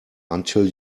until